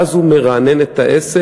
ואז הוא מרענן את העסק,